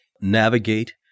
navigate